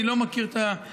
אני לא מכיר את הסוגיה,